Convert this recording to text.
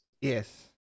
Yes